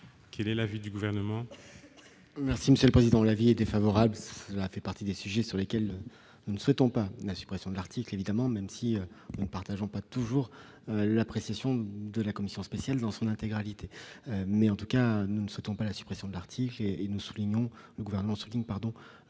Quel est l'avis du Gouvernement ?